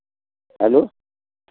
hello